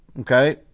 Okay